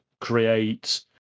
create